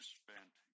spent